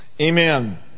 Amen